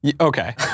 Okay